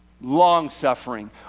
Long-suffering